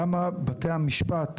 למה בתי המשפט,